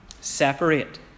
Separate